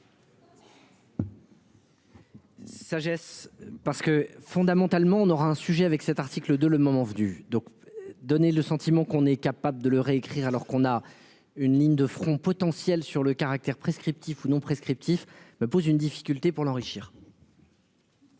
Sagesse parce que fondamentalement, on aura un sujet avec cet article 2, le moment venu donc donner le sentiment qu'on est capable de le réécrire alors qu'on a une ligne de front potentiel sur le caractère prescriptif ou non prescriptif me pose une difficulté pour l'enrichir.